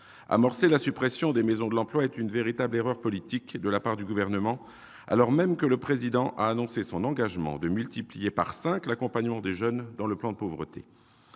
Amorcer la suppression des maisons de l'emploi est une véritable erreur politique de la part du Gouvernement, alors même que le Président de la République a annoncé son engagement de multiplier par cinq l'accompagnement des jeunes dans le plan Pauvreté.